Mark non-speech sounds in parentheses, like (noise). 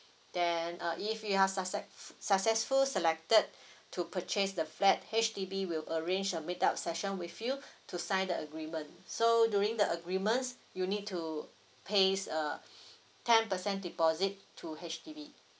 then uh if you are succe~ (breath) successful selected (breath) to purchase the flat H_D_B will arrange a meet up session with you (breath) to sign the agreement so during the agreements you need to place uh (breath) ten percent deposit to H_D_B